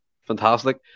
fantastic